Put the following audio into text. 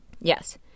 Yes